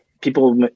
people